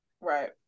Right